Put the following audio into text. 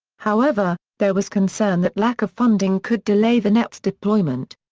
however, there was concern that lack of funding could delay the net's deployment.